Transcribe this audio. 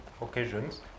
occasions